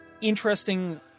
interesting